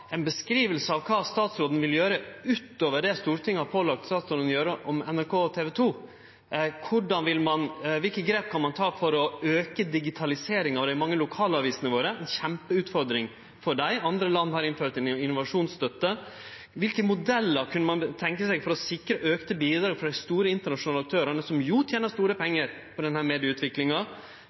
av kva statsråden vil gjere utover det Stortinget har pålagt statsråden å gjere med NRK og TV 2. Kva grep kan ein ta for å auke digitaliseringa av dei mange lokalavisene våre? Det er ei kjempeutfordring for dei. Andre land har innført ei innovasjonsstøtte. Kva modellar kunne ein tenkje seg for å sikre auka bidrag frå dei store internasjonale aktørane som tener store pengar på denne medieutviklinga?